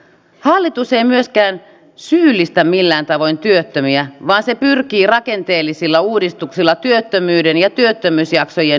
hallitus ei myöskään syyllistä millään tavoin työttömiä vaan se pyrkii rakenteellisilla uudistuksilla työttömyyden ja työttömyysjaksojen nujertamiseen